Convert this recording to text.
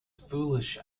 foolish